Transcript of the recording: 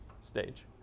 stage